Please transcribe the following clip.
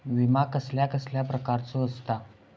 विमा कसल्या कसल्या प्रकारचो असता?